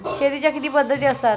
शेतीच्या किती पद्धती असतात?